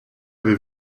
avez